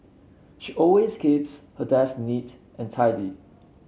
she always keeps her desk neat and tidy